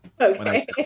Okay